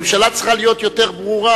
הממשלה צריכה להיות יותר ברורה.